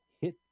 Hit